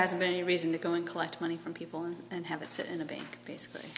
hasn't been any reason to go and collect money from people and have it set in a bank basically